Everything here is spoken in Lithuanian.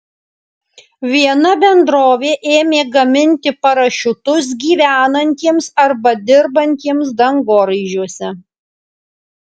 viena bendrovė ėmė gaminti parašiutus gyvenantiems arba dirbantiems dangoraižiuose